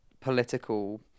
political